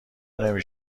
نمی